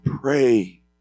pray